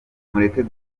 mureke